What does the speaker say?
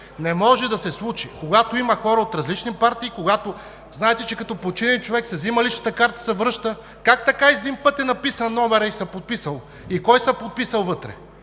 Не може да се случи! Когато има хора от различни партии, знаете, че като почине човек, личната карта се взима и се връща. Как така из един път е написан номерът и се подписал и кой се подписал вътре?